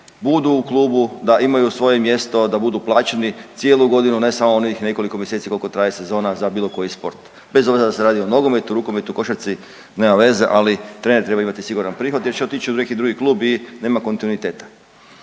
budu u klubu, da imaju svoje mjesto, da budu plaćeni cijelu godinu, ne samo onih nekoliko mjeseci koliko traje sezona za bilo koji sport. Bez obzira dal' se radi o nogometu, rukometu, košarci nema veze, ali trener treba imati siguran prihod jer će otići u neki drugi klub i nema kontinuiteta.